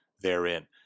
therein